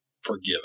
Forgiven